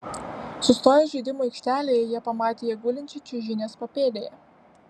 sustoję žaidimų aikštelėje jie pamatė ją gulinčią čiuožynės papėdėje